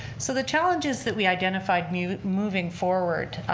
so the challenges that we identified moving moving forward,